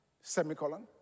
Semicolon